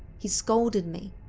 he scolded me,